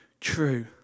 true